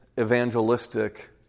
evangelistic